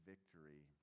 Victory